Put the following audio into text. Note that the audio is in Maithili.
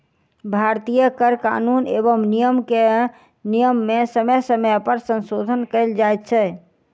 भारतीय कर कानून एवं नियम मे समय समय पर संशोधन कयल जाइत छै